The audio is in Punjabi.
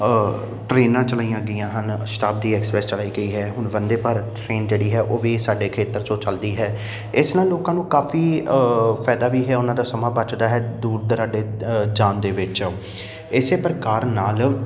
ਟਰੇਨਾਂ ਚਲਾਈਆਂ ਗਈਆਂ ਹਨ ਸ਼ਤਾਬਦੀ ਐਕਸਪਰੈਸ ਚਲਾਈ ਗਈ ਹੈ ਹੁਣ ਬੰਦੇ ਭਾਰਤ ਟਰੇਨ ਜਿਹੜੀ ਹੈ ਉਹ ਵੀ ਸਾਡੇ ਖੇਤਰ ਚੋਂ ਚਲਦੀ ਹੈ ਇਸ ਨਾਲ ਲੋਕਾਂ ਨੂੰ ਕਾਫ਼ੀ ਫ਼ਾਇਦਾ ਵੀ ਹੈ ਉਹਨਾਂ ਦਾ ਸਮਾਂ ਬਚਦਾ ਹੈ ਦੂਰ ਦਰਾਡੇ ਜਾਣ ਦੇ ਵਿੱਚ ਇਸ ਪ੍ਰਕਾਰ ਨਾਲ